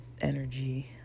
energy